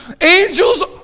Angels